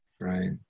Right